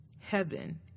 Heaven